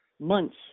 months